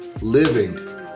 living